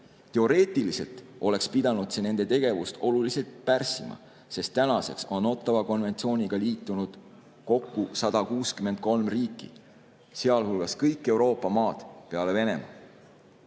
Teoreetiliselt oleks pidanud see nende tegevust oluliselt pärssima, sest tänaseks on Ottawa konventsiooniga liitunud kokku 163 riiki, sealhulgas kõik Euroopa maad peale Venemaa.